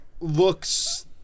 Looks